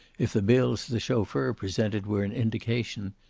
if the bills the chauffeur presented were an indication,